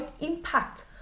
impact